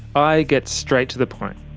i get straight to the point.